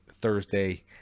Thursday